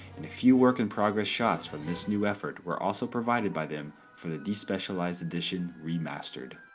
and a few work-in-progress shots from this new effort were also provided by them for the despecialized edition remastered.